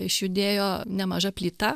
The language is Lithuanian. išjudėjo nemaža plyta